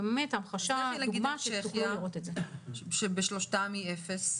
צ'כיה, שבשלושתם היא אפס?